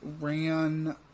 ran